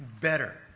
better